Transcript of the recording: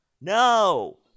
No